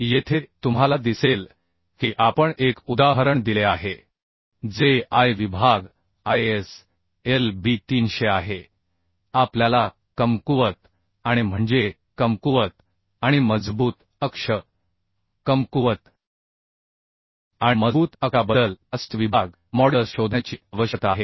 येथे तुम्हाला दिसेल की आपण एक उदाहरण दिले आहे जे I विभाग ISLB 300 आहे आपल्या ला कमकुवत आणि म्हणजे कमकुवत आणि मजबूत अक्ष कमकुवत आणि मजबूत अक्षाबद्दल प्लास्टिक विभाग मॉड्युलस शोधण्याची आवश्यकता आहे